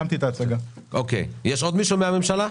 יש עוד מישהו מהממשלה?